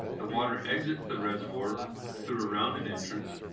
the water exits the reservoir through a rounded entrance,